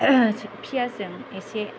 प्यासजों एसे